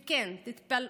וכן, תתפלאו,